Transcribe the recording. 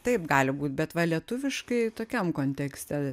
taip gali būt bet va lietuviškai tokiam kontekste